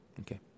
okay